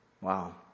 Wow